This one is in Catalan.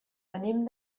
venim